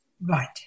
Right